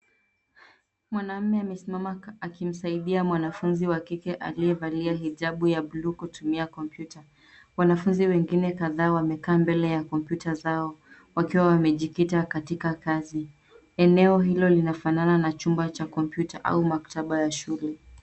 Mwanaume amesimama akimsaidia mwanafunzi wa kike, aliyevalia hijabu ya bluu kutumia kompyuta. Wanafunzi wengine kadhaa wamekaa mbele ya kompyuta zao, wakiwa wamejikita katika kazi. Eneo hilo linafanana na chumba cha kompyuta au maktaba ya shule.